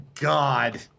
god